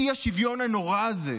את האי-שוויון הנורא הזה,